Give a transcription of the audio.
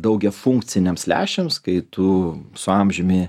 daugiafunkciniams lęšiams kai tu su amžiumi